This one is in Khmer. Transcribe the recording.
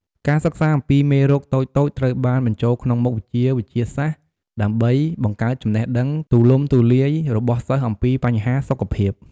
ការសិក្សាអំពីមេរោគតូចៗ ត្រូវបានបញ្ចូលក្នុងមុខវិជ្ជាវិទ្យាសាស្ត្រ ដើម្បីបង្កើតចំណេះដឹងទូលំទូលាយរបស់សិស្សអំពីបញ្ហាសុខភាព។